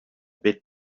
bit